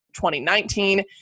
2019